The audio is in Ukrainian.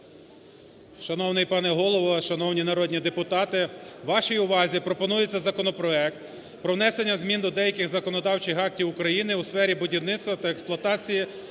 Шановний пане Голово! Шановні народні депутати! Ваші увазі пропонується законопроект про внесення змін до деяких законодавчих актів України у сфері будівництва та експлуатації